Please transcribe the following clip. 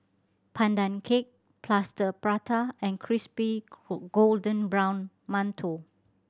Pandan Cake Plaster Prata and crispy golden brown mantou